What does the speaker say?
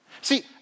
See